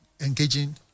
engaging